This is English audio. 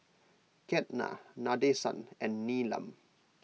Ketna Nadesan and Neelam